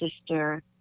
sister